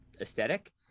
aesthetic